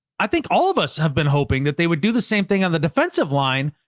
i think all of us have been hoping that they would do the same thing on the defensive line.